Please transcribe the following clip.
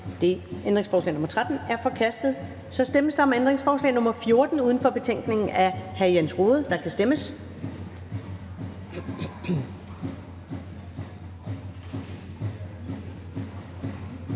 Ændringsforslag nr. 13 er forkastet. Så stemmes der om ændringsforslag nr. 14 uden for betænkningen af hr. Jens Rohde (KD), og der kan stemmes.